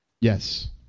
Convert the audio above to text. Yes